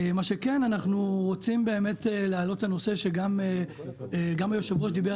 אנחנו רוצים להעלות את הנושא שגם היושב ראש דיבר